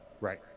right